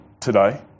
today